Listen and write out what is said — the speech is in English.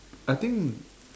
I think